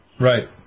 Right